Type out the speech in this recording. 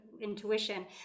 intuition